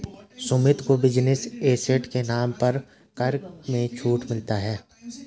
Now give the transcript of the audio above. सुमित को business asset के नाम पर कर में छूट मिलता है